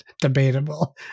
debatable